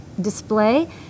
display